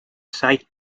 sight